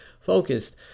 focused